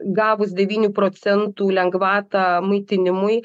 gavus devynių procentų lengvatą maitinimui